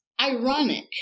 Ironic